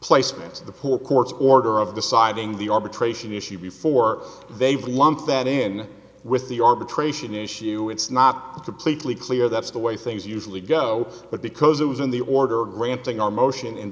placement of the poor court's order of deciding the arbitration issue before they would lump that in with the arbitration issue it's not completely clear that's the way things usually go but because it was in the order granting our motion